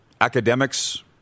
Academics